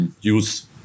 use